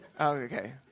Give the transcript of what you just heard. Okay